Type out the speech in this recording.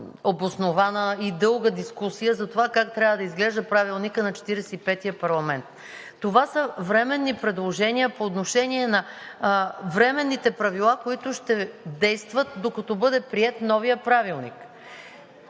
обоснована и дълга дискусия за това как трябва да изглежда Правилникът на Четиридесет и петия парламента. Това са временни предложения по отношение на Временните правила, които ще действат, докато бъде приет новият Правилник.